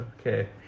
Okay